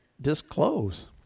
disclose